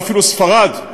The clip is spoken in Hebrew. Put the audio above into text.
ואפילו ספרד.